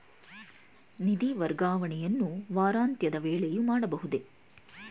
ನಿಧಿ ವರ್ಗಾವಣೆಯನ್ನು ವಾರಾಂತ್ಯದ ವೇಳೆಯೂ ಮಾಡಬಹುದೇ?